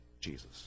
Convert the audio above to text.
Jesus